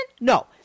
No